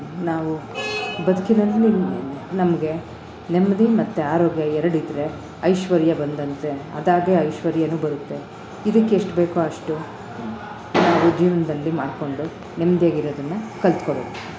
ನಾವು ಬದುಕಿನಲ್ಲಿಯೂ ನಮಗೆ ನೆಮ್ಮದಿ ಮತ್ತು ಆರೋಗ್ಯ ಎರಡಿದ್ದರೆ ಐಶ್ವರ್ಯ ಬಂದಂತೆ ಅದಾಗೆ ಐಶ್ವರ್ಯ ಬರುತ್ತೆ ಇದಕ್ಕೆ ಎಷ್ಟು ಬೇಕೋ ಅಷ್ಟು ನಾವು ಜೀವನದಲ್ಲಿ ಮಾಡಿಕೊಂಡು ನೆಮ್ಮದಿಯಾಗಿರದನ್ನ ಕಲಿತ್ಕೋಬೇಕು